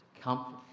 comfort